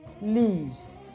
leaves